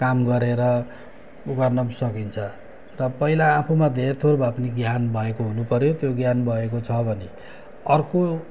काम गरेर उमार्न पनि सकिन्छ त पहिला आफूमा धेर थोर भए पनि ज्ञान भएको हुनुपऱ्यो त्यो ज्ञान भएको छ भने अर्को